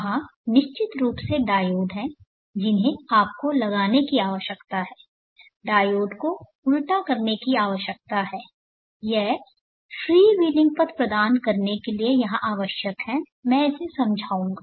वहाँ निश्चित रूप से डायोड हैं जिन्हें आपको लगाने की आवश्यकता है डायोड को उल्टा करने की आवश्यकता है ये फ़्रीव्हेलिंग पथ प्रदान करने के लिए यहां आवश्यक है मैं इसे समझाऊंगा